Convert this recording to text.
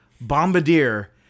bombardier